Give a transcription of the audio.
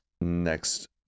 Next